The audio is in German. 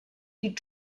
die